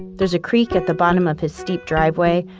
there's a creek at the bottom of his steep driveway,